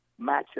matchup